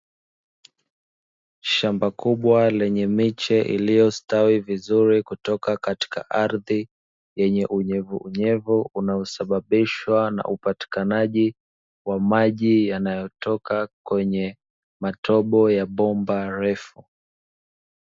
Shamba kubwa lenye miche, iliyostawi vizuri kutoka katika ardhi yenye unyevunyevu, unaosababisha upatikanaji wa maji yanayotoka kwenye matobo ya bomba refu.